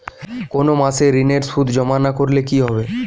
কোনো মাসে ঋণের সুদ জমা না করলে কি হবে?